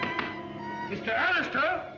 mr. alastair,